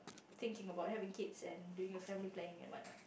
thinking about having kids and doing a family planning and what not